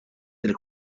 del